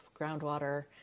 groundwater